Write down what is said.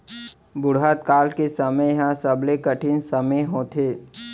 बुढ़त काल के समे ह सबले कठिन समे होथे